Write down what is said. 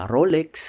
Rolex